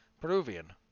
Peruvian